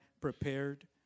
prepared